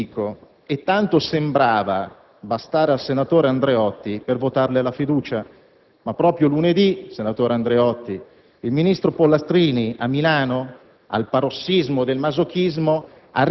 nel dodecalogo non abbiamo letto nulla dei Dico e tanto sembrava bastare al senatore Andreotti per votare la fiducia. Ma proprio lunedì, senatore Andreotti, il ministro Pollastrini a Milano,